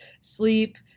sleep